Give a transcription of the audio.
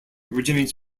originates